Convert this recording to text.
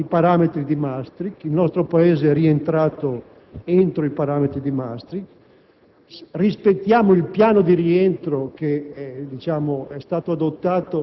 Presidente, rispettiamo i parametri di Maastricht (il nostro Paese è rientrato entro i parametri di Maastricht);